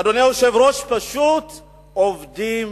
אדוני היושב-ראש, פשוט עובדים